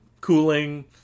cooling